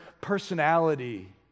personality